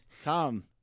Tom